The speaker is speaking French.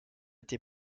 été